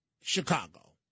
Chicago